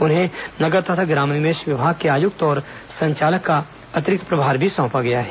उन्हें नगर तथा ग्राम निवेश विभाग के आयुक्त और संचालक का अतिरिक्त प्रभार भी सौंपा गया है